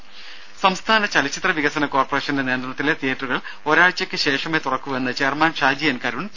ദേദ സംസ്ഥാന ചലച്ചിത്ര വികസന കോർപ്പറേഷന്റെ നിയന്ത്രണത്തിലുള്ള തിയേറ്ററുകൾ ഒരാഴ്ചയ്ക്ക് ശേഷമേ തുറക്കൂവെന്ന് ചെയർമാൻ ഷാജി എൻ കരുൺ അറിയിച്ചു